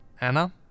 Anna